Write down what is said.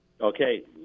Okay